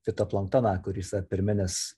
fitoplanktoną kuris pirminis